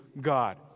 God